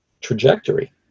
trajectory